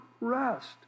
rest